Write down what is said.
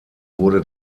wurde